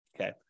Okay